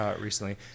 Recently